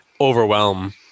overwhelm